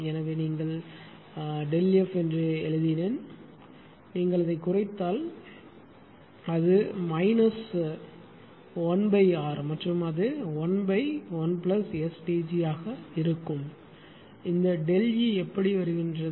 எனவே இங்கே நான் ΔF என்று எழுதினேன் நீங்கள் அதைக் குறைத்தால் அது மைனஸ் 1R மற்றும் அது 11STg ஆக இருக்கும் இந்த ΔE எப்படி வருகின்றன